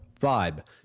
vibe